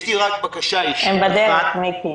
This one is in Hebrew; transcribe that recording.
הם בדרך, מיקי.